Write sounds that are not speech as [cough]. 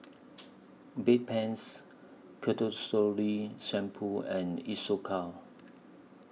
[noise] Bedpans [unintelligible] Shampoo and Isocal